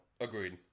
Agreed